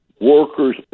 workers